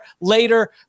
later